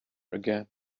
again